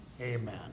Amen